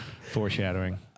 Foreshadowing